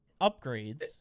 upgrades